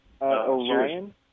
Orion